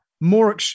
more